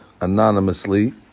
anonymously